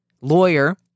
lawyer